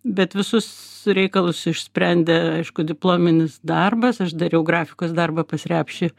bet visus reikalus išsprendė aišku diplominis darbas aš dariau grafikos darbą pas repšį